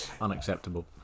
Unacceptable